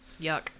Yuck